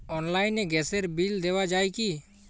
অনলাইনে গ্যাসের বিল দেওয়া যায় কি?